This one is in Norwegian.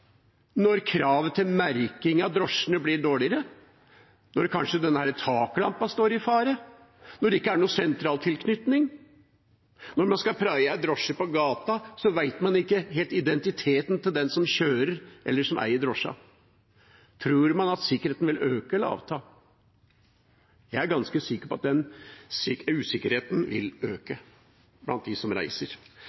når kravet til merking av drosjene blir dårligere, når taklampa kanskje står i fare, når det ikke er en sentraltilknytning, og når man skal praie en drosje på gata og ikke helt vet identiteten til den som kjører, eller den som eier drosja? Tror man at sikkerheten vil øke eller avta? Jeg er ganske sikker på at usikkerheten blant dem som reiser, vil øke.